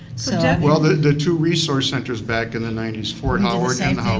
ed well, the the two resource centers back in the ninety s, fort howard and